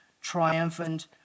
triumphant